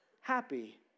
happy